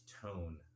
tone